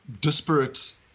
disparate